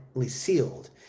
sealed